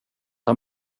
han